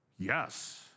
Yes